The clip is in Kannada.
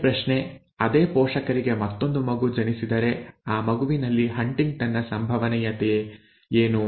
ಅದೇ ಪ್ರಶ್ನೆ ಅದೇ ಪೋಷಕರಿಗೆ ಮತ್ತೊಂದು ಮಗು ಜನಿಸಿದರೆ ಆ ಮಗುವಿನಲ್ಲಿ ಹಂಟಿಂಗ್ಟನ್ ನ ಸಂಭವನೀಯತೆ ಏನು